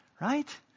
right